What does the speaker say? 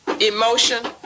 emotion